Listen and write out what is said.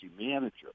manager